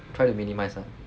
try to minimize ah